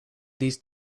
these